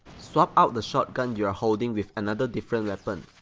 swap out the shotgun you're holding with another different weapon,